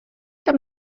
tam